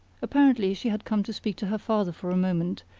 apparently she had come to speak to her father for a moment,